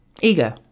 Ego